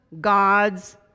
god's